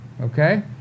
Okay